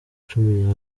cumi